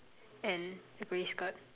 and a grey skirt